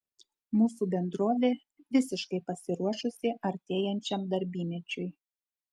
mūsų bendrovė visiškai pasiruošusi artėjančiam darbymečiui